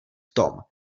tom